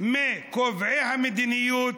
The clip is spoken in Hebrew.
מקובעי המדיניות,